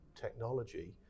technology